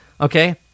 okay